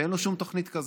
ואין לו שום תוכנית כזאת.